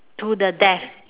to the death